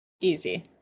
Easy